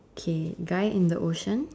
okay guy in the ocean